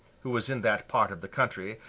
who was in that part of the country,